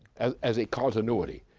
as as a continuity.